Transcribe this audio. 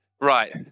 Right